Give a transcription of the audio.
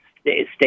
stay